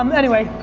um anyway,